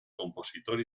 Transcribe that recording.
compositor